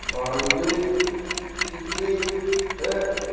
hallway ਕਿੱਥੇ ਹੈ